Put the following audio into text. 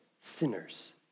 sinners